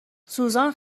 سوزان